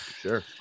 Sure